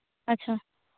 ᱟᱪᱪᱷᱟ